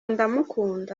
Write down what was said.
ndamukunda